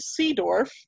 Seedorf